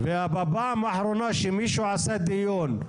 ואז אף אחד לא חשב להכין תשתיות.